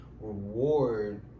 reward